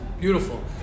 beautiful